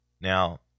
Now